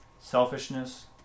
Selfishness